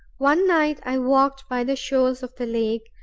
one night i walked by the shores of the lake,